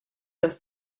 los